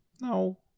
No